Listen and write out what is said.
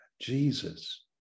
Jesus